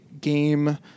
game